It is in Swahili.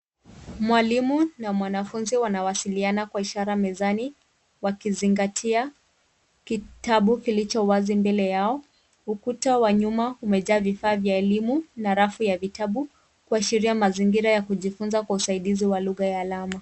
Mwalimu na mwanafunzi wanawasiliana kwa ishara mezani wakizingatia kitabu kilicho wazi mbele yao. Ukuta wa nyuma umejaa vifaa vya elimu na rafu ya vitabu, kuashiria mazingira ya kujifunza kwa usaidizi wa lugha ya alama.